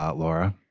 ah laura